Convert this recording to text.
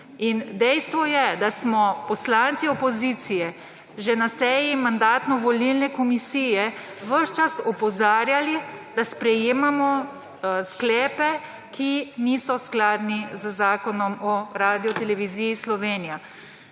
dejstvo je, da smo poslanci opozicije že na seji Mandatno-volilne komisije ves čas opozarjali, da sprejemamo sklepe, ki niso skladni z zakonom o Radioteleviziji Slovenija.